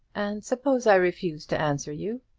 and suppose i refuse to answer you?